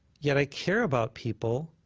yet i care about people,